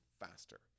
faster